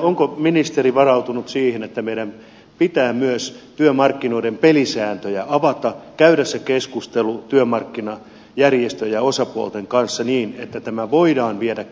onko ministeri varautunut siihen että meidän pitää myös työmarkkinoiden pelisääntöjä avata käydä se keskustelu työmarkkinajärjestöjen ja osapuolten kanssa niin että tämä voidaan viedä